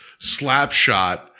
Slapshot